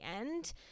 end